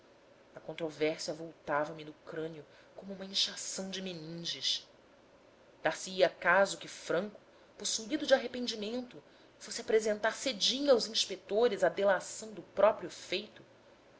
a controvérsia avultava me no crânio como uma inchação de meninges dar se ia caso que franco possuído de arrependimento fosse apresentar cedinho aos inspetores a delação do próprio feito